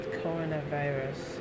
coronavirus